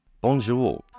Bonjour